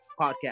podcast